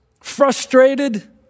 frustrated